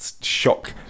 shock